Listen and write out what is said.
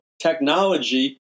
technology